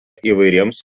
įvairiems